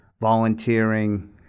volunteering